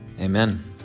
amen